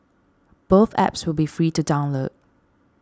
both apps will be free to download